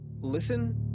Listen